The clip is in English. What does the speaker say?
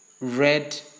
red